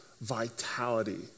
vitality